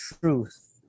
truth